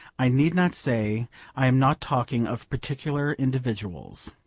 i need not say i am not talking of particular individuals.